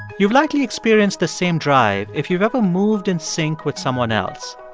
you've likely experienced the same drive if you've ever moved in sync with someone else,